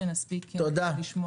יש לנו